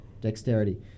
Dexterity